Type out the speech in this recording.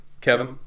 Kevin